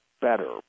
better